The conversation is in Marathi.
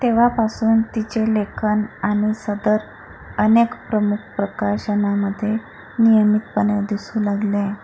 तेव्हापासून तिचे लेखन आणि सदर अनेक प्रमुख प्रकाशनांमध्ये नियमितपणे दिसू लागले आहेत